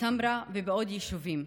בטמרה ובעוד יישובים,